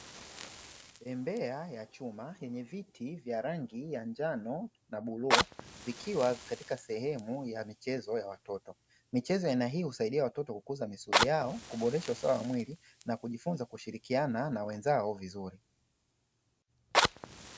Bembea ya chuma yenye viti vya rangi ya njano na bluu vikiwa katika sehemu ya michezo ya watoto, michezo ya aina hii husaidia watoto kukuza misuri yao, kuboresha usawa wa mwili na kujifunza kushirikiana na wenzao vizuri.